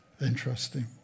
Interesting